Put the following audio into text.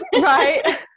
Right